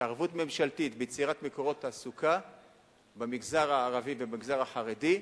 התערבות ממשלתית ביצירת מקורות תעסוקה במגזר הערבי ובמגזר החרדי,